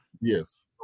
yes